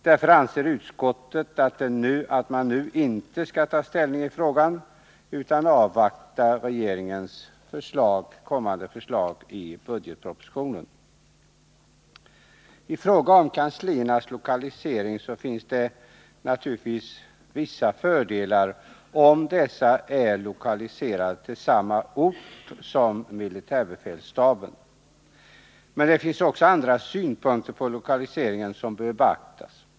Därför anser utskottet att man inte nu skall ta ställning i frågan utan skall avvakta regeringens kommande förslag i budgetpropositionen. Det är naturligtvis förenat med vissa fördelar om civilområdenas kanslier är lokaliserade till samma ort som militärbefälstaben. Men det finns också andra synpunkter på lokaliseringen som bör beaktas.